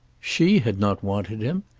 she had not wanted him.